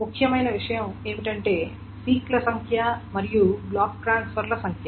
ముఖ్యమైన విషయం ఏమిటంటే సీక్ ల సంఖ్య మరియు బ్లాక్ ట్రాన్స్ఫర్ ల సంఖ్య